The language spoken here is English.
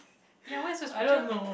ya where is his picture